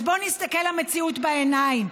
אז בוא נסתכל למציאות בעיניים.